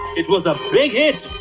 it was a big hit!